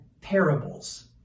parables